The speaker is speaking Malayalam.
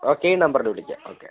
ഓക്കെ ഈ നമ്പറിൽ വിളിക്കാം ഓക്കെ